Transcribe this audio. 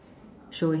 throwing